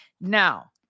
Now